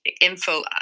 info